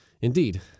Indeed